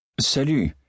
Salut